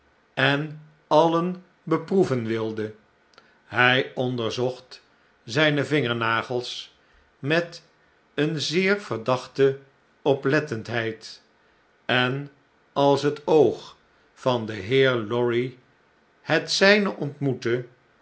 en alien beproeven wilde hy onderzocht zyne vingernagels met eene zeer verdachte oplettendheid en als het oog van den heer lorry het zijne ontmoette